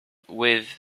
with